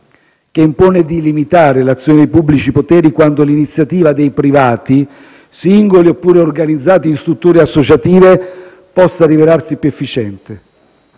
che impone di limitare l'azione dei pubblici poteri quando l'iniziativa dei privati, singoli oppure organizzati in strutture associative, possa rivelarsi più efficiente.